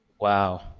Wow